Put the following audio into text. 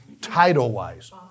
title-wise